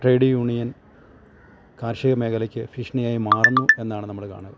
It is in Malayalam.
ട്രേഡ് യൂണിയൻ കാർഷിക മേഖലക്ക് ഭീഷിണിയായി മാറുന്നു എന്നാണ് നമ്മള് കാണുക